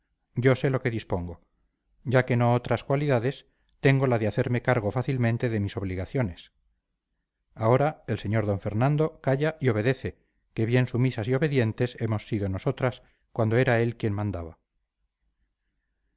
yo sé lo que dispongo ya que no otras cualidades tengo la de hacerme cargo fácilmente de mis obligaciones ahora el sr d fernando calla y obedece que bien sumisas y obedientes hemos sido nosotras cuando era él quien mandaba